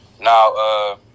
Now